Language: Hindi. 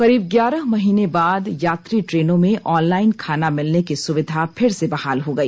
करीब ग्यारह महीने बाद यात्री ट्रेनों में ऑनलाइन खाना मिलने की सुविधा फिर से बहाल हो गई